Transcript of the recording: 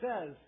says